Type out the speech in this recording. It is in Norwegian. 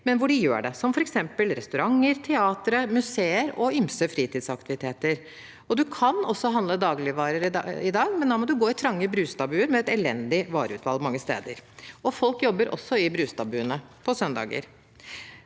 men hvor de gjør det, som f.eks. restauranter, teater, museer og i ymse fritidsaktiviteter. Man kan også handle dagligvarer i dag, men da må man gå i trange brustadbuer, med et elendig vareutvalg mange steder. Folk jobber også i brustadbuene på søndager.